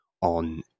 on